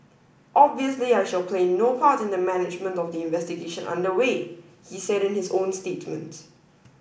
obviously I shall play no part in the management of the investigation under way he said in his own statement